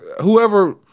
Whoever